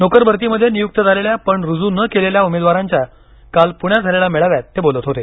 नोकरभरतीमध्ये नियूक्त झालेल्या पण रूजू न केलेल्या उमेदवारांच्या काल पूण्यात झालेल्या मेळाव्यात ते बोलत होते